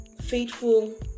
Faithful